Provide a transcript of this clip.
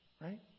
right